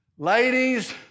Ladies